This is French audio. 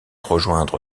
rejoindre